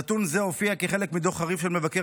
נתון זה הופיע כחלק מדוח חריף של מבקר